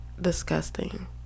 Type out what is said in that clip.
disgusting